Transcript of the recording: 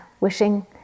wishing